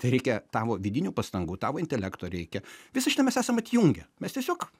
tai reikia tavo vidinių pastangų tavo intelekto reikia visą šitą mes esam atjungę mes tiesiog